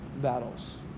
battles